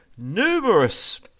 Numerous